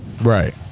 Right